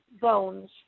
bones